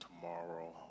tomorrow